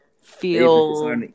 feel